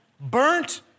burnt